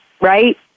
right